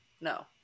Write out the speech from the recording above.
No